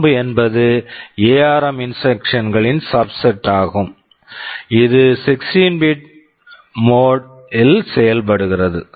thumb thumb என்பது ARM ARM instruction instructions களின் subset subset ஆகும் இது 16 பிட் bit மோட் mode ல் செயல்படுகிறது